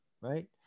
right